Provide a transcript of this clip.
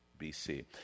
BC